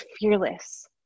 fearless